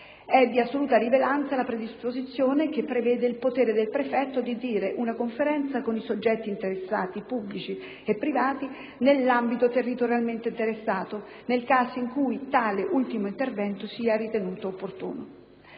È di assoluta rilevanza la disposizione che prevede il potere del prefetto di indire una conferenza con i soggetti interessati, pubblici e privati, nell'ambito territorialmente interessato nel caso in cui tale ultimo intervento sia ritenuto opportuno.